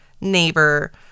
neighbor